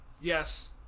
Yes